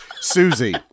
Susie